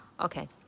Okay